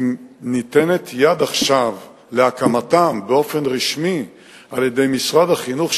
אם ניתנת יד עכשיו להקמתם באופן רשמי על-ידי משרד החינוך,